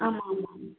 ஆமாம் ஆமாம் ம்